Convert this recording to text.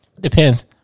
depends